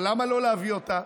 אבל למה לא להביא אותה?